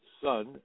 son